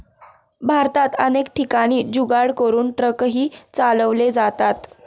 भारतात अनेक ठिकाणी जुगाड करून ट्रकही चालवले जातात